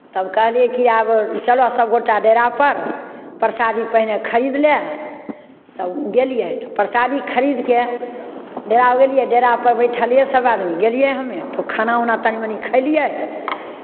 तब कहलियै कि आब चलह सभ गोटा डेरापर परसादी पहिने खरीद लए तऽ गेलियै परसादी खरीद कऽ डेरा गेलियै डेरापर बैठलियै सभ आदमी गेलियै हमे तऽ खाना उना तनि मनि खयलियै